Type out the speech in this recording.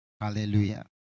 hallelujah